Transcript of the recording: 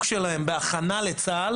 עיסוק שלהם בהכנה לצה"ל